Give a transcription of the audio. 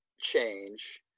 change